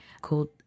called